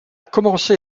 commencé